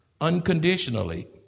unconditionally